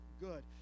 good